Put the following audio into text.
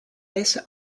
this